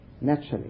naturally